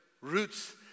roots